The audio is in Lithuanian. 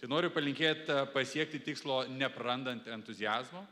tai noriu palinkėt pasiekti tikslo neprarandant entuziazmo